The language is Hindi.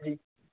जी